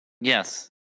Yes